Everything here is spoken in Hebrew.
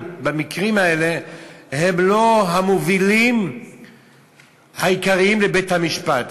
במקרים האלה הם לא המובילים העיקריים לבית-המשפט.